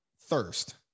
thirst